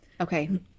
okay